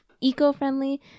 eco-friendly